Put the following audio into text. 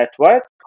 network